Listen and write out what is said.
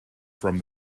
from